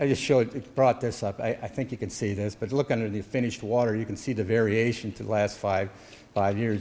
i just showed you brought this up i think you can see this but look under the finish water you can see the variation to the last five five years